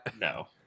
No